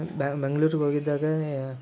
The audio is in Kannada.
ಬ್ಯಾ ಬೆಂಗ್ಳೂರಿಗೆ ಹೋಗಿದ್ದಾಗ ಯಾ